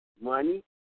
money